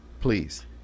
please